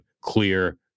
Clear